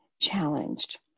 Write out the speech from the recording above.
challenged